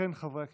חברי הכנסת,